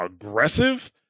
aggressive